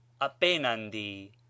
apenandi